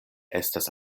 estas